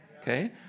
okay